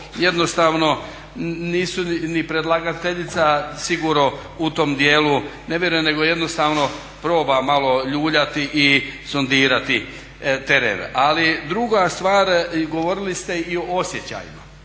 jednostavno nisu ni predlagateljica sigurno u tom djelu, ne vjerujem, nego jednostavno proba ljuljati i sodirati teren. Ali druga stvar, govorili ste i o osjećajima,